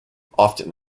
often